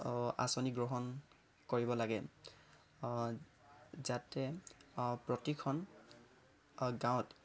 আঁচনি গ্ৰহণ কৰিব লাগে যাতে অ' প্ৰতিখন অ' গাঁৱত